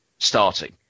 Starting